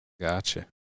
Gotcha